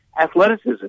athleticism